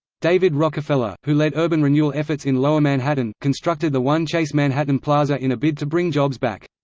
david rockefeller, who led urban renewal efforts in lower manhattan, constructed the one chase manhattan plaza in a bid to bring jobs back.